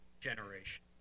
generation